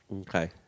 Okay